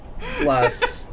plus